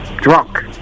drunk